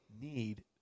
need